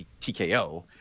tko